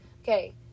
Okay